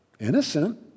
Innocent